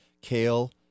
kale